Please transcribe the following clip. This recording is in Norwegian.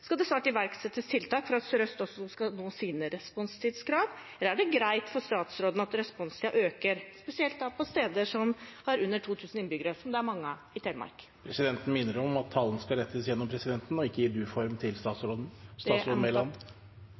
Skal det snart iverksettes tiltak for at Sør-Øst politidistrikt også skal nå sine responstidskrav, eller er det greit for statsråden at responstiden øker, spesielt på steder som har under 2 000 innbyggere, som det er mange av i Telemark? Presidenten vil minne om at talen skal rettes via presidenten og ikke i du-form til statsråden.